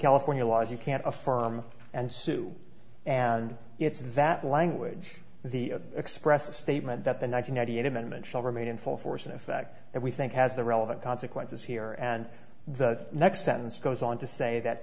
california law is you can't affirm and sue and it's that language the express a statement that the nine hundred eighty eight amendment shall remain in full force in effect that we think has the relevant consequences here and the next sentence goes on to say that